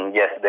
yes